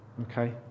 Okay